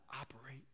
operate